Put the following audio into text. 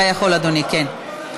אתה יכול, אדוני, כן.